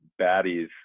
baddies